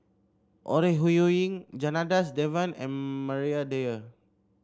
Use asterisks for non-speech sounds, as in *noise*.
Ore Huiying Janadas Devan and *hesitation* Maria Dyer